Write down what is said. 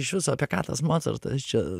iš vis apie ką tas mocartas čia